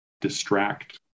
distract